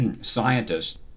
scientists